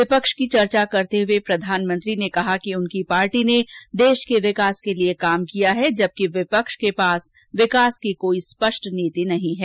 विपक्ष की चर्चा करते हुए प्रधानमंत्री ने कहा कि उनकी पार्टी ने देश के विकास के लिए काम किया है जबकि विपक्ष के पास विकास की कोई स्पष्ट नीति नहीं है